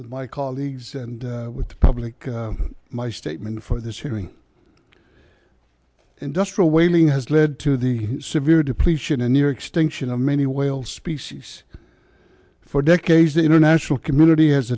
with my colleagues and with the public my statement for this hearing industrial whaling has led to the severe depletion and near extinction of many whale species for decades the international community has